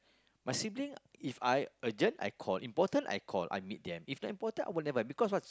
my sibling If I urgent I call important I call I meet them if not important I will never because why